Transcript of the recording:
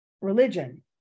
religion